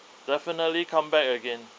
definitely come back again